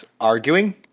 arguing